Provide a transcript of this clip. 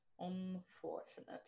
Unfortunate